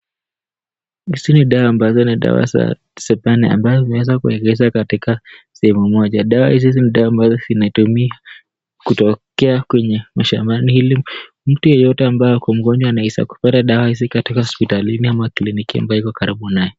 Hizi ni dawa ambazo ni dawa za Zephania ambazo zinaweza kuweka katika sehemu moja. Dawa hizi ni dawa ambazo zinatumia kutokea kwenye mashambani ili mtu yeyote ambaye ako mgonjwa anaweza kupata dawa hizi katika hospitalini ama kliniki ambayo iko karibu naye.